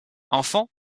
enfant